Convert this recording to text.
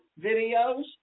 videos